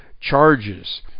charges